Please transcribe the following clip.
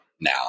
Now